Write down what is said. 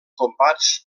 combats